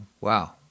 Wow